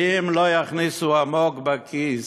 ואם לא יכניסו עמוק בכיס